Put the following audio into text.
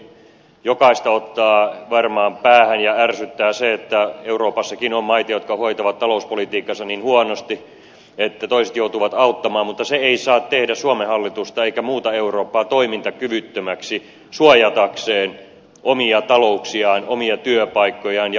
jokaista ottaa varmaan päähän ja ärsyttää se että euroopassakin on maita jotka hoitavat talouspolitiikkansa niin huonosti että toiset joutuvat auttamaan mutta se ei saa tehdä suomen hallitusta eikä muuta eurooppaa toimintakyvyttömäksi suojaamaan omia talouksiaan omia työpaikkojaan ja verotulojaan